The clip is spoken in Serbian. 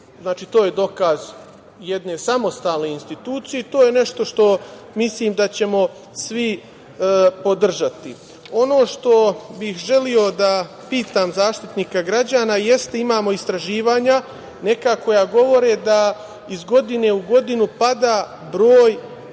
Znači, to je dokaz jedne samostalne institucije i to je nešto što mislim da ćemo svi podržati. Ono što bih želeo da pitam Zaštitnika građana, jeste da imamo istraživanja neka koja govore da iz godine u godinu pada broj,